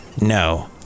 No